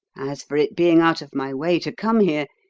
as for it being out of my way to come here,